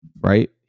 Right